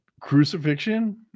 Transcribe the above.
Crucifixion